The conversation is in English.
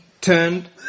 turned